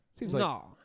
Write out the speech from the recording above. No